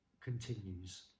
continues